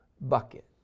bucket